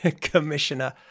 commissioner